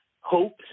hopes